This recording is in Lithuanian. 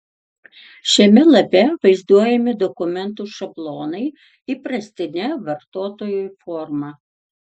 šiame lape vaizduojami dokumentų šablonai įprastine vartotojui forma